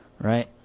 right